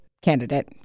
candidate